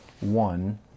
one